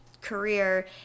career